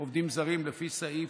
עובדים זרים לפי סעיף